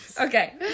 okay